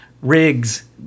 rigs